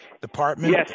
Department